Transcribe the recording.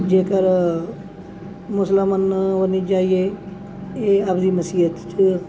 ਜੇਕਰ ਮੁਸਲਮਾਨ ਵੰਨੀ ਜਾਈਏ ਇਹ ਆਪਣੀ ਮਾਸੀਤ 'ਚ